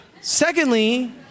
Secondly